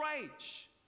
rage